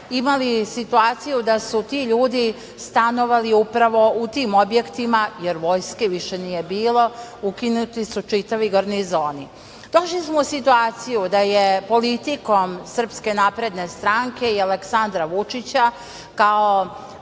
imali situaciju da su ti ljudi stanovali upravo u tim objektima, jer vojske više nije bilo, ukinuti su čitavi garnizoni. Došli smo u situaciju da je politikom Srpske napredne stranke i Aleksandra Vučića kao